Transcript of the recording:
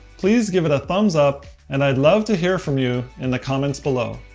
please give it a thumbs up and i'd love to hear from you in the comments below.